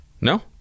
No